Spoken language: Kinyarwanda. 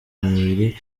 mubiri